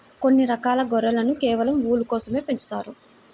కొన్ని రకాల గొర్రెలను కేవలం ఊలు కోసమే పెంచుతారు